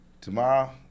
Tomorrow